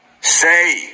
Say